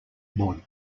board